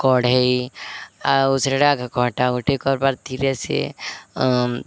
କଢ଼େଇ ଆଉ ସେଇଟା କଟାକଟି କର୍ବାର୍ ଥିଲେ ସେ